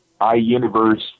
iUniverse